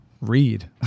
read